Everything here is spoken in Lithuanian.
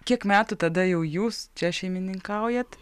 kiek metų tada jau jūs čia šeimininkaujat